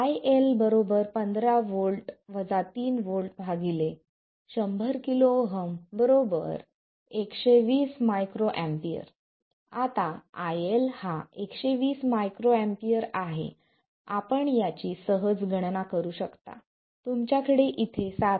IL 100 KΩ 120 µA आता IL हा 120 µA आहे आपण याची सहज गणना करू शकता तुमच्याकडे इथे 7